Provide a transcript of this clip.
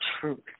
truth